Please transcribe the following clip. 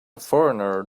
foreigner